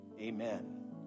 amen